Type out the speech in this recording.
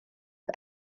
the